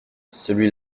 celui